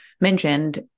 mentioned